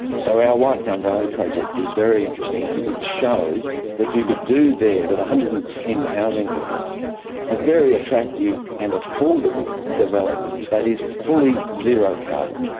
so our white gum valley project is very interesting because it showed that you could do there with one ah hundred and ten housing units a very attractive and affordable development that is fully zero carbon.